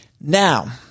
Now